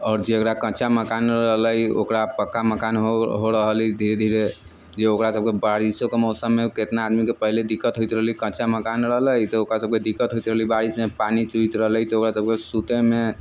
आओर जकरा कच्चा मकान रहलै ओकरा पक्का मकान हो हो रहल हइ धीरे धीरे जे ओकरा सभके बारिशोके मौसममे कितना आदमीके पहिने दिक्कत होइत रहलै कच्चा मकान रहलै तऽ ओकरासभके दिक्कत होइत रहलै बारिशमे पानि चुअइत रहलै तऽ ओकरासभके सुतयमे